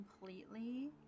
completely